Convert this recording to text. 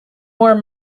more